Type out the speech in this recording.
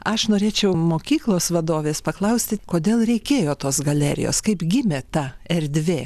aš norėčiau mokyklos vadovės paklausti kodėl reikėjo tos galerijos kaip gimė ta erdvė